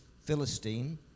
Philistine